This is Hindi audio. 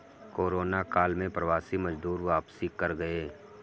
कोरोना काल में प्रवासी मजदूर वापसी कर गए